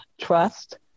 trust